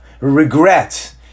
regret